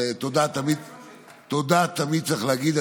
תודה תמיד צריך להגיד.